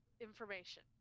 information